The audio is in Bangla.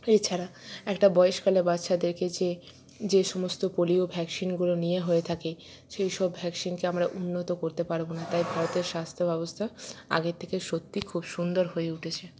এছাড়া একটা বয়সকালে বাচ্চাদেরকে যে যে সমস্ত পোলিও ভ্যাক্সিনগুলো নেওয়া হয়ে থাকে সেইসব ভ্যাক্সিনকে আমরা উন্নত করতে পারব না তাই ভারতের স্বাস্থ্যব্যবস্থা আগের থেকে সত্যিই খুব সুন্দর হয়ে উঠেছে